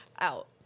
out